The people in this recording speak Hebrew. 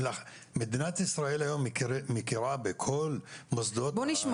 היום מדינת ישראל מכירה בכל המוסדות האקדמיים -- בואו נשמע